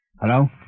Hello